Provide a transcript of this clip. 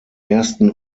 ersten